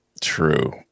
True